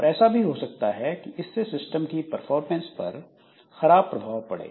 और ऐसा भी हो सकता है कि इससे सिस्टम की परफॉर्मेंस में खराब प्रभाव पड़ें